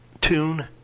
tune